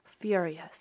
furious